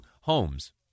homes